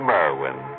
Merwin